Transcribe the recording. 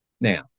Now